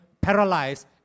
paralyzed